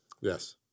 Yes